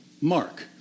Mark